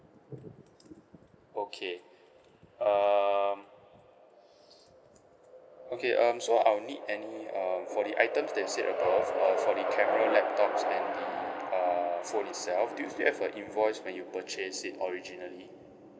okay um okay um so I'll need any um for the items that you said above uh for the camera laptop and the uh phone itself do you still have a invoice when you purchase it originally